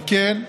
על כן,